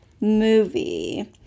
movie